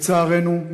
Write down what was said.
לצערנו,